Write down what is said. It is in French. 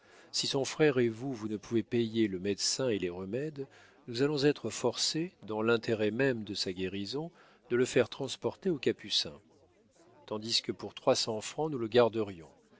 si son frère et vous vous ne pouvez payer le médecin et les remèdes nous allons être forcés dans l'intérêt même de sa guérison de le faire transporter aux capucins tandis que pour trois cents francs nous le garderions